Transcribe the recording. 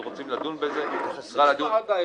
אם רוצים לדון בזה --- עבד אל חכים